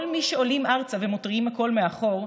מי שעולים ארצה ומותירים הכול מאחור,